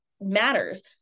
matters